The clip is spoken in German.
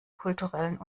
kulturellen